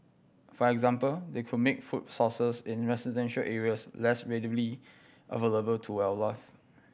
for example they could make food sources in residential areas less readily available to wildlife